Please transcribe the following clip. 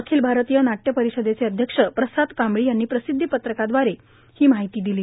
अखिल भारतीय नाट्य परिषदेचे अध्यक्ष प्रसाद कांबळी यांनी प्रसिद्धी पत्रकाराद्वारे दिली आहे